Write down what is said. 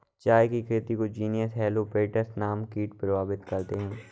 चाय की खेती को जीनस हेलो पेटल्स नामक कीट प्रभावित करते हैं